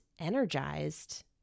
energized